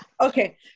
okay